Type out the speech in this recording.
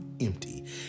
empty